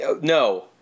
No